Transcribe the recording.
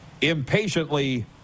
impatiently